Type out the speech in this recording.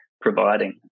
providing